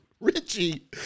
richie